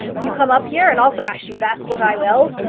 you come up here and i'll thrash you, that's what i will.